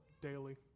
daily